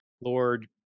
Lord